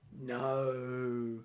No